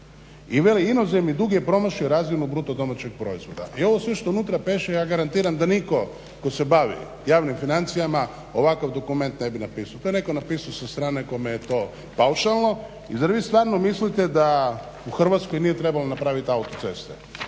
I veli inozemni dug je promašio razinu BDP-a i ovo sve što unutra piše ja garantiram da nitko tko se bavi javnim financijama ovakav dokument ne bi napisao. To je netko napisao sa strane kome je to paušalno. I zar vi stvarno mislite da u Hrvatskoj nije trebalo napravit autoceste,